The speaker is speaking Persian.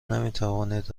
نمیتوانید